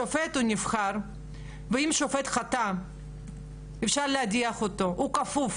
שופט נבחר ואם הוא חטא אפשר להדיח אותו, הוא כפוף